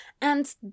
And